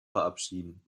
verabschieden